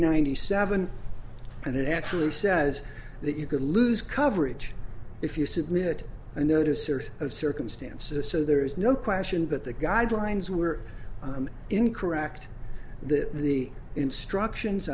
ninety seven and it actually says that you could lose coverage if you submit a notice or of circumstances so there is no question that the guidelines were incorrect that the instructions